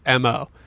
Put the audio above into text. MO